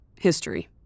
History